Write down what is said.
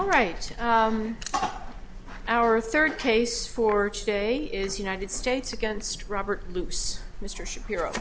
all right our third case for day is united states against robert loose mr shapiro